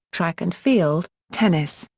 track and field, tennis,